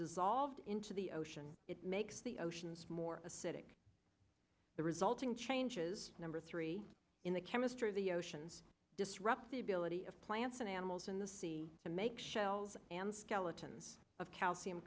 dissolved into the ocean it makes the oceans more acidic the resulting change is number three in the chemistry of the oceans disrupt the ability of plants and animals in the sea to make shells and skeletons of calcium